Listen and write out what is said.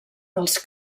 dels